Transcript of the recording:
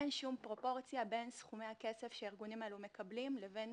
אין שום פרופורציה בין סכומי הכסף שהארגונים האלה מקבלים לבין